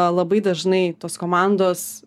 labai dažnai tos komandos